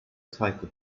type